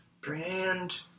Brand